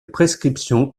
prescription